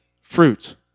fruit